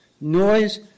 noise